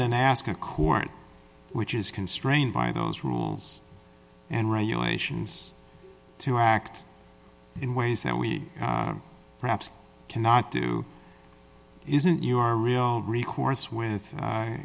than ask a corner which is constrained by those rules and regulations to act in ways that we perhaps cannot do isn't your real recourse with